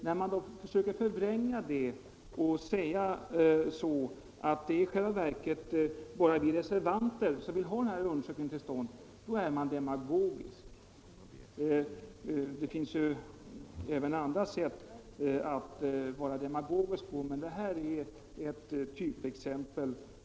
När man försöker förvränga det och säger att det bara är reservanterna som vill få undersökningen till stånd är det demagogi. Det finns också andra sätt att vara demagogisk på, men detta är ett typexempel.